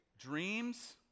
dreams